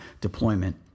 deployment